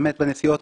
באמת בנסיעות,